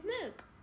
milk